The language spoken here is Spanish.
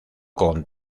con